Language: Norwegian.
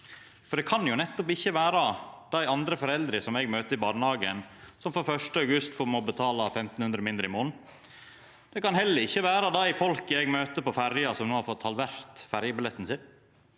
For det kan jo ikkje vera dei andre foreldra som eg møter i barnehagen, som frå 1. august må betala 1 500 kr mindre i månaden. Det kan ikkje vera dei folka eg møter på ferja, som no har fått halvert ferjebilletten sin.